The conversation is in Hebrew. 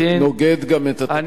זה גם נוגד את התקנון.